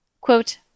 Quote